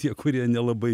tie kurie nelabai